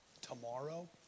tomorrow